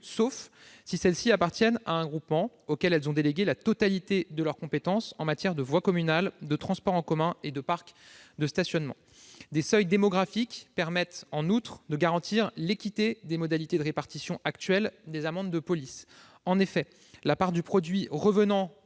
sauf si celles-ci appartiennent à un groupement auquel elles ont délégué la totalité de leurs compétences en matière de voies communales, de transports en commun et de parcs de stationnement. Des seuils démographiques permettent en outre de garantir l'équité des modalités de répartition actuelles du produit des amendes de police. En effet, la part de ce produit revenant